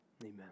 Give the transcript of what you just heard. Amen